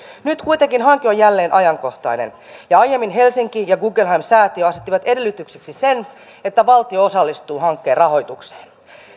nyt kuitenkin hanke on jälleen ajankohtainen aiemmin helsinki ja guggenheim säätiö asettivat edellytykseksi sen että valtio osallistuu hankkeen rahoitukseen